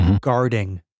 guarding